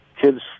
kids